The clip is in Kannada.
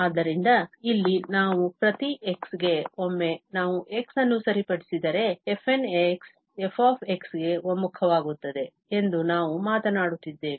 ಆದ್ದರಿಂದ ಇಲ್ಲಿ ನಾವು ಪ್ರತಿ x ಗೆ ಒಮ್ಮೆ ನಾವು x ಅನ್ನು ಸರಿಪಡಿಸಿದರೆ fn f ಗೆ ಒಮ್ಮುಖವಾಗುತ್ತದೆ ಎಂದು ನಾವು ಮಾತನಾಡುತ್ತಿದ್ದೇವೆ